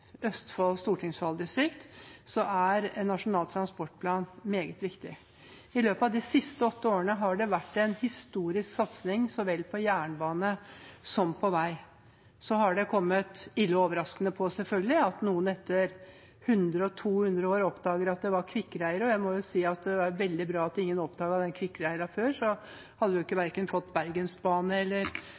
er Nasjonal transportplan meget viktig. I løpet av de siste åtte årene har det vært en historisk satsing på jernbane så vel som på vei. Det har selvfølgelig kommet ille overraskende på at noen etter 100–200 år oppdager at det var kvikkleire. Jeg må jo si at det var veldig bra at ingen oppdaget den kvikkleiren før, for da hadde vi verken fått Bergensbanen eller